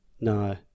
no